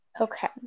Okay